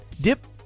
dip